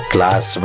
Class